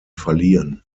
verliehen